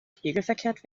spiegelverkehrt